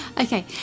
okay